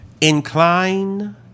Incline